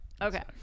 okay